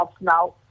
now